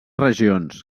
regions